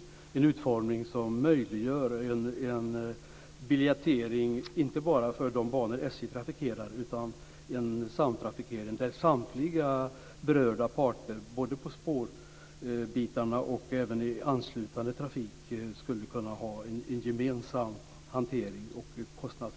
Det är viktigt att det ges en utformning som möjliggör en biljettering inte bara för de banor SJ trafikerar utan också för en samtrafikering. Samtliga berörda parter vad gäller både spår och anslutande trafik skulle kunna ha en gemensam hantering och kostnad